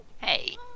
Hey